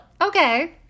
Okay